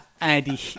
Andy